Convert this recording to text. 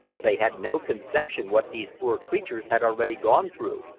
they had no conception what these poor creatures had already gone through,